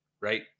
Right